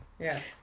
Yes